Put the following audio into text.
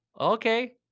Okay